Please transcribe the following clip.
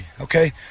okay